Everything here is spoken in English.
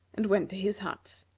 and went to his hut.